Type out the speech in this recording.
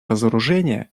разоружения